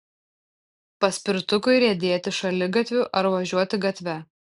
paspirtukui riedėti šaligatviu ar važiuoti gatve